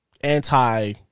anti